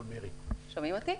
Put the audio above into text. חו"ל.